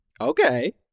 Okay